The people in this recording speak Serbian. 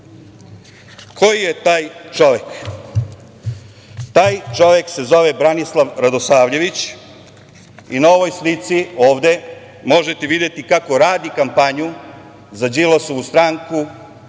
Koji je taj čovek? Taj čovek se zove Branislav Radisavljević, i na ovoj slici ovde možete videti ovde kako radi kampanju za Đilasovu stranku